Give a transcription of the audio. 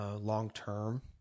long-term